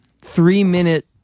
three-minute